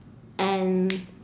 and